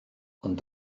ond